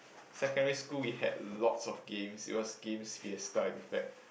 secondary school we had lots of games it was games fiesta in fact